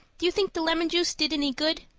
do you think the lemon juice did any good?